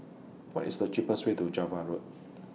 What IS The cheapest Way to Java Road